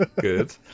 good